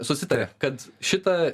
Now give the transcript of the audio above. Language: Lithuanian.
susitaria kad šita